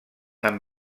amb